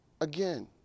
again